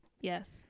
yes